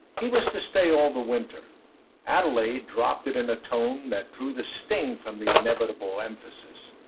he was to stay all the winter adelaide dropped it in a tone that drew the sting from the inevitable emphasis.